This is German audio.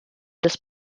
des